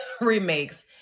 remakes